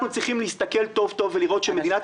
אנחנו צריכים להסתכל טוב-טוב ולראות שמדינת